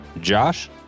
Josh